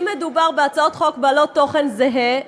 אם מדובר בהצעות חוק בעלות תוכן זהה,